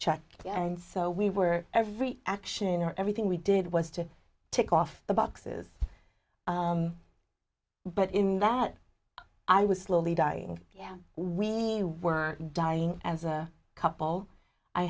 check and so we were every action or everything we did was to tick off the boxes but in that i was slowly dying yeah we were dying as a couple i